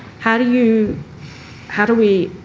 how do you how do we,